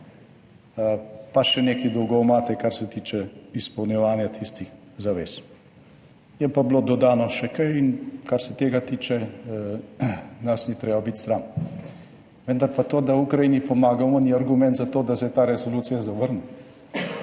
Pa še nekaj dolgov imate, kar se tiče izpolnjevanja tistih zavez. Je pa bilo dodano še kaj in kar se tega tiče, nas ni treba biti sram. Vendar pa to, da Ukrajini pomagamo, ni argument za to, da se ta resolucija zavrne.